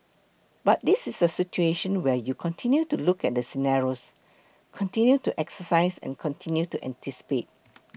but this is a situation where you continue to look at the scenarios continue to exercise and continue to anticipate